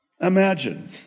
Imagine